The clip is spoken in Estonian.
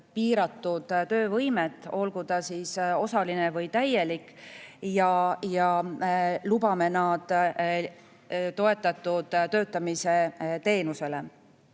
piiratud töövõimet, olgu see siis osaline või täielik, ja lubame nad toetatud töötamise teenusele.